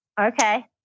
Okay